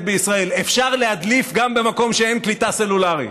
בישראל: אפשר להדליף גם במקום שאין קליטה סלולרית.